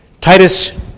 Titus